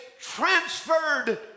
transferred